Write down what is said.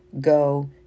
go